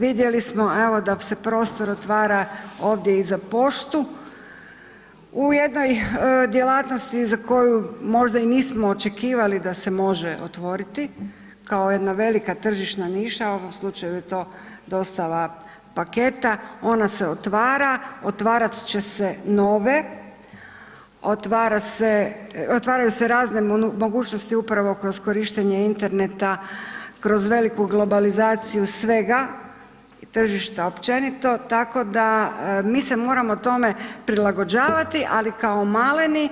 Vidjeli smo evo da se prostor otvara ovdje i za poštu u jednoj djelatnosti za koju možda i nismo očekivali da se može otvoriti kao jedna velika tržišna niša, u ovom slučaju je to dostava paketa, ona se otvara, otvarat će se nove, otvara se, otvaraju se razne mogućnosti upravo kroz korištenje interneta, kroz veliku globalizaciju svega i tržišta općenito tako da mi se moramo tome prilagođavati ali kao maleni,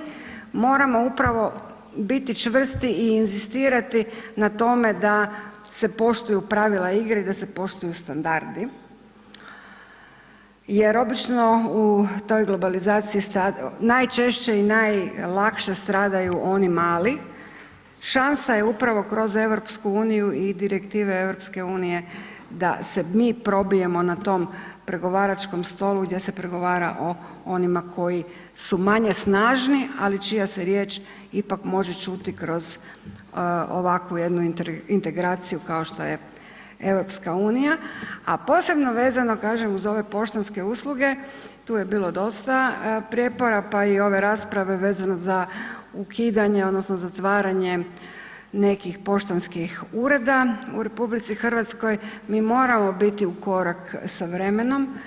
moramo upravo biti čvrsti inzistirati na tome da se poštuju pravila igre i da se poštuju standardi jer obično u toj globalizaciji najčešće i najlakše stradaju oni mali, šansa je upravo kroz EU i direktive EU-a da se mi probijemo na tom pregovaračkom stolu gdje se pregovara o onima koji su manje snažni ali čija se riječ ipak može čut i kroz ovakvu jednu integraciju kao što je EU a posebno vezano kažem za ove poštanske usluge, tu je bilo dosta prijepora pa i ove rasprave vezano za ukidanje odnosno zatvaranje nekih poštanskih ureda u RH, mi moramo biti u korak sa vremenom.